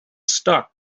stuck